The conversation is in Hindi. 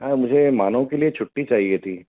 हाँ मुझे मानव के लिए छुट्टी चाहिए थी